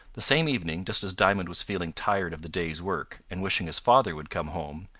the same evening, just as diamond was feeling tired of the day's work, and wishing his father would come home,